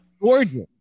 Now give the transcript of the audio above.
Gorgeous